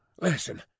listen